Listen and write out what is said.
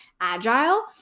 agile